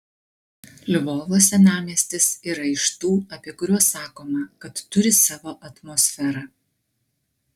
lvovo senamiestis yra iš tų apie kuriuos sakoma kad turi savo atmosferą